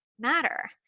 matter